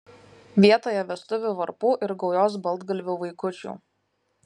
vietoje vestuvių varpų ir gaujos baltgalvių vaikučių